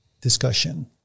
discussion